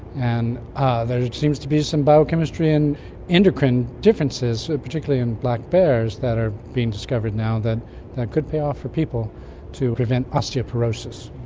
and ah there seems to be some biochemistry and endocrine differences, particularly in black bears, that are being discovered now that that could pay off for people to prevent osteoporosis.